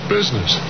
Business